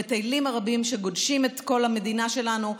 המטיילים הרבים גודשים את כל המדינה שלנו.